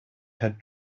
had